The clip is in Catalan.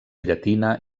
llatina